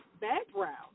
background